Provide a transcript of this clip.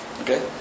Okay